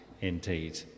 indeed